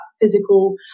physical